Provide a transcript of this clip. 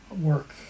Work